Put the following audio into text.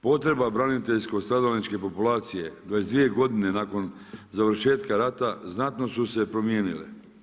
Potreba braniteljsko-stradalničke populacije 22 godine nakon završetka rata znatno su se promijenile.